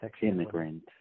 Immigrant